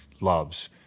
loves